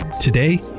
Today